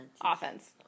Offense